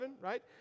right